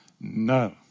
No